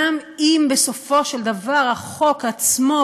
גם אם בסופו של דבר החוק עצמו,